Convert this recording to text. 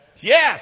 Yes